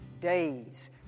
days